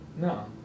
No